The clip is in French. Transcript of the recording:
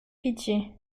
pitié